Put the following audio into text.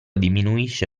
diminuisce